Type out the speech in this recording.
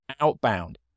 outbound